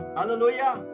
Hallelujah